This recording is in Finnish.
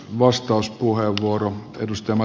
arvoisa puhemies